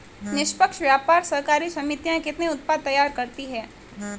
निष्पक्ष व्यापार सहकारी समितियां कितने उत्पाद तैयार करती हैं?